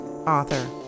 author